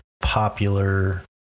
popular